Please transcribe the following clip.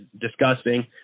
disgusting